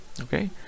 okay